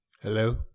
Hello